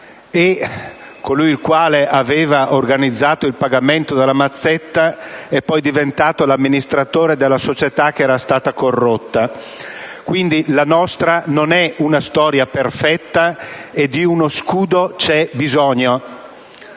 colui il quale aveva organizzato il pagamento della mazzetta è poi diventato l'amministratore della società che era stata corrotta. La nostra, quindi, non è una storia perfetta e di uno scudo c'è bisogno: